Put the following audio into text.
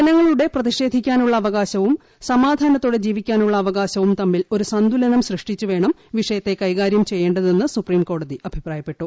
ജനങ്ങളുടെ പ്രതിഷേധിക്കാനുള്ള അവകാശവും സമാധാനത്തോടെ ജീവിക്കാനുള്ള അവകാശവും തമ്മിൽ ഒരു സന്തുലനം സൃഷ്ടിച്ചുവേണം വിഷയത്തെ കൈകാര്യം ചെയ്യേണ്ടതെന്ന് സുപ്രീംകോടതി അഭിപ്രായപ്പെട്ടു